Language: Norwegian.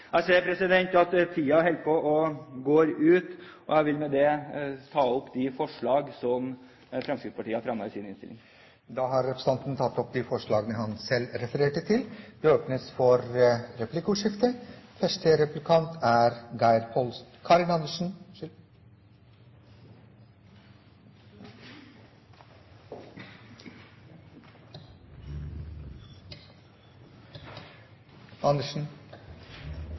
Jeg ser at tiden holder på å gå ut, og jeg vil med det ta opp de forslag som Fremskrittspartiet har fremmet enten alene eller sammen med andre i innstillingen. Representanten Robert Eriksson har tatt opp de forslag han refererte til. Det blir replikkordskifte. Fremskrittspartiet tok i sitt innlegg veldig sterkt til orde for